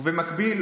ובמקביל,